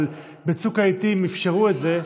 אבל בצוק העיתים אפשרו את זה.